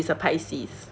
ya he's a pisces